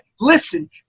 listen